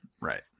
Right